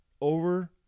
over –